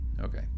Okay